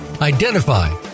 identify